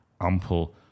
ample